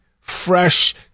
Fresh